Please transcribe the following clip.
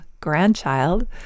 grandchild